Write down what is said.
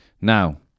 Now